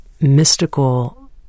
mystical